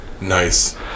Nice